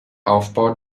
aufbau